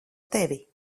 tevi